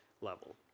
level